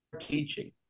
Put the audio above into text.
teaching